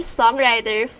songwriter